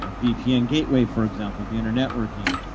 ah vpn gateway, for example, the inner networking.